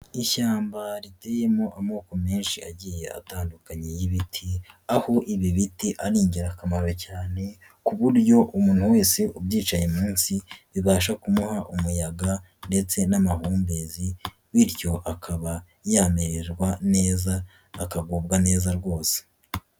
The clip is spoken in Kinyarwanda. Ishyamba riteyemo amoko menshi agiye atandukanye y'ibiti aho ibi biti ari ingirakamaro cyane ku buryo umuntu wese ubyicaye munsi bibasha kumuha umuyaga ndetse n'amahumbezi bityo akaba yamererwa neza akagubwa neza rwose.